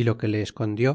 é o que escondió